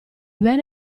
bene